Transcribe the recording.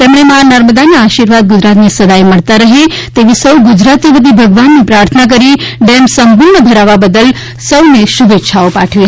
તેમણે મા નર્મદાના આર્શીવાદ ગુજરાતને સદાય મળતાં રહેશે તેવી સૌ ગુજરાતીઓ વતી ભગવાનને પ્રાર્થના કરીને ડેમ સંપૂર્ણ ભરાવવા બદલ સૌને ખૂબ ખૂબ શુભેચ્છાઓ પાઠવી હતી